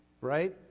right